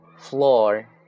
floor